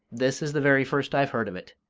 this is the very first i've heard of it.